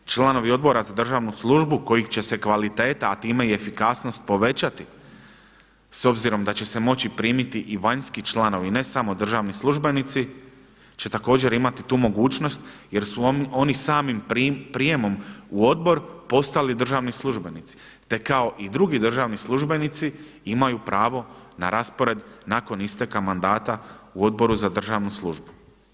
Članovi Odbora za državnu službu kojih će se kvaliteta, a time i efikasnost povećati s obzirom da će se moći primiti i vanjski članovi, ne samo državni službenici će također imati tu mogućnost jer su oni samim prijemom u odbor postali državni službenici, te kao i drugi državni službenici imaju pravo na raspored nakon isteka mandata u Odboru za državnu službu.